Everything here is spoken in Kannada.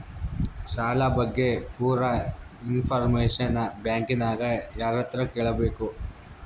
ಸಾಲದ ಬಗ್ಗೆ ಪೂರ ಇಂಫಾರ್ಮೇಷನ ಬ್ಯಾಂಕಿನ್ಯಾಗ ಯಾರತ್ರ ಕೇಳಬೇಕು?